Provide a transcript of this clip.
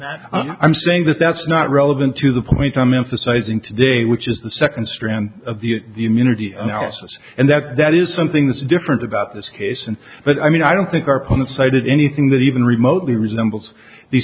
that i'm saying that that's not relevant to the point i'm emphasizing today which is the second strand of the the immunity analysis and that that is something that's different about this case and but i mean i don't think our promise i did anything that even remotely resembles the